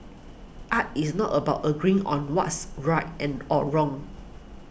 art is not about agreeing on what's right and or wrong